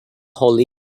hollie